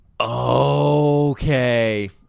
Okay